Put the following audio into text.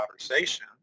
conversation